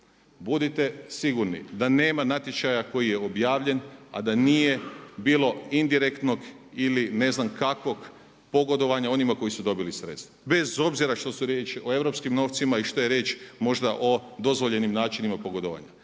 Budite sigurni da nema natječaja koji je objavljen a da nije bilo indirektnog ili ne znam kakvog pogodovanja onima koji su dobili sredstva, bez obzira što je riječ o europskim novcima i što je riječ možda o dozvoljenim načinima pogodovanja.